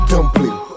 Dumpling